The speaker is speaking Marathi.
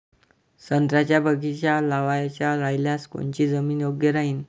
संत्र्याचा बगीचा लावायचा रायल्यास कोनची जमीन योग्य राहीन?